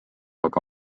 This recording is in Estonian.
aga